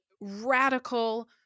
radical